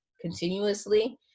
continuously